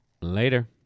Later